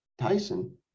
Tyson